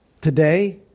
Today